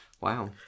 Wow